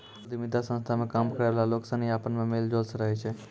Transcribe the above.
उद्यमिता संस्था मे काम करै वाला लोग सनी अपना मे मेल जोल से रहै छै